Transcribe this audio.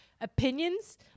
opinions